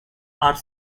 are